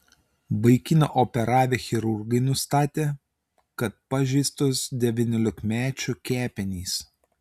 vaikiną operavę chirurgai nustatė kad pažeistos devyniolikmečio kepenys